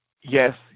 yes